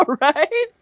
right